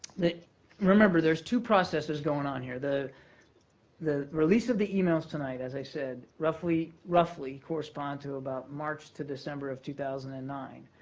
remember, there's two processes going on here. the the release of the emails tonight, as i said, roughly roughly correspond to about march to december of two thousand and nine.